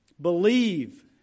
Believe